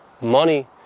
money